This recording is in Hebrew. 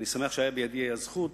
אני שמח שהיתה בידי הזכות